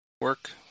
work